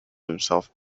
himself